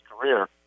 career